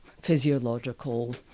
physiological